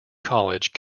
college